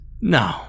No